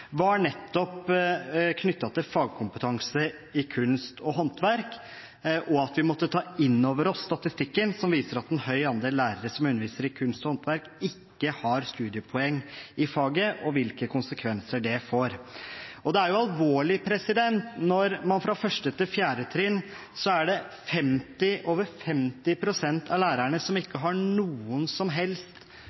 var nettopp knyttet til fagkompetanse i kunst og håndverk, at vi måtte ta innover oss statistikken som viser at en høy andel lærere som underviser i kunst og håndverk, ikke har studiepoeng i faget, og hvilke konsekvenser det får. Det er alvorlig at i 1.–4. trinn